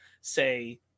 say